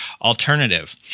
alternative